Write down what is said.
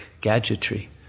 gadgetry